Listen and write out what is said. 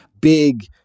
big